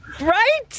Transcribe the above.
Right